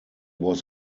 was